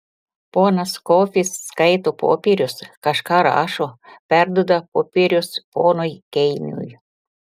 ponas kofis skaito popierius kažką rašo perduoda popierius ponui keiniui